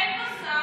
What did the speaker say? אין פה שר.